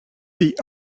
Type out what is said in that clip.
the